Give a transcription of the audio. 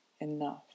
enough